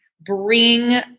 bring